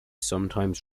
sometimes